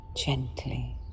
Gently